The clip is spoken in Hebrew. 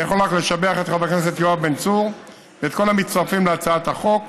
אני יכול רק לשבח את חבר הכנסת יואב בן צור ואת כל המצטרפים להצעת החוק.